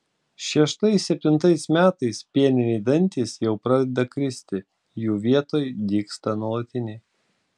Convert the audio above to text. šeštais septintais metais pieniniai dantys jau pradeda kristi jų vietoj dygsta nuolatiniai